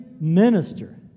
minister